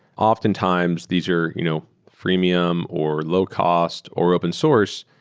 often times these are you know freemium, or low-cost, or open source,